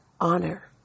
honor